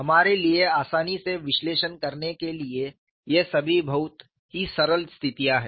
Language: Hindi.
हमारे लिए आसानी से विश्लेषण करने के लिए ये सभी बहुत ही सरल स्थितियां हैं